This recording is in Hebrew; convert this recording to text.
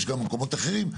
יש מקומות אחרים,